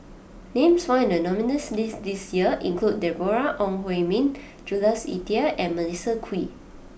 names found in the nominees' list this year include Deborah Ong Hui Min Jules Itier and Melissa Kwee